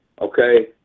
Okay